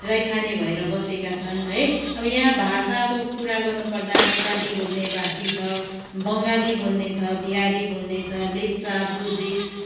रैथाने भएर बसेका छन् है अब यहाँ भाषाको कुरा गर्नु पर्दा नेपाली बोल्ने भाषी छ बङ्गाली बोल्ने छ बिहारी बोल्ने छ लेप्चा बुद्धिस्ट